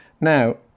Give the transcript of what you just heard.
Now